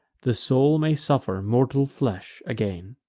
the soul may suffer mortal flesh again.